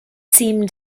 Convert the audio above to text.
seemed